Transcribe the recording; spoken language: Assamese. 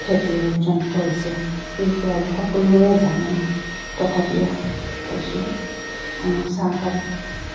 খেতি অৰ্জন কৰিছে এইটো আৰু সকলেৱে জানে তথাপিও কৈছোঁ আমাৰ চাহপাত